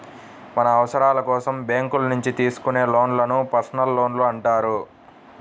మన అవసరాల కోసం బ్యేంకుల నుంచి తీసుకునే లోన్లను పర్సనల్ లోన్లు అంటారు